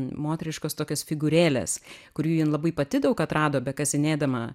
moteriškos tokios figūrėlės kurių jin labai pati daug atrado bekasinėdama